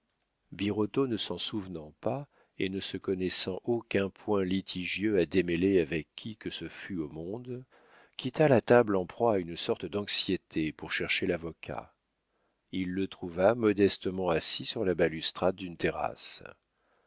birotteau ne s'en souvenant pas et ne se connaissant aucun point litigieux à démêler avec qui que ce fût au monde quitta la table en proie à une sorte d'anxiété pour chercher l'avocat il le trouva modestement assis sur la balustrade d'une terrasse